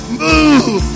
move